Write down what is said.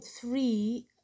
three